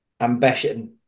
ambition